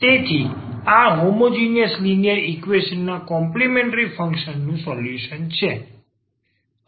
તેથી આ homogeneous linear equation ના કોમ્પલિમેન્ટ્રી ફંક્શન નું સોલ્યુશન છે